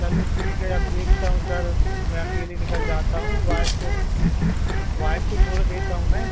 चलो ठीक है अब देखता हूँ सर मैं अकेले निकल जाता हूँ वाइफ को वाइफ को छोड़ देता हूँ मैं